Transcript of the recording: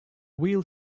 wheel